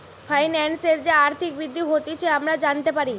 ফাইন্যান্সের যে আর্থিক বৃদ্ধি হতিছে আমরা জানতে পারি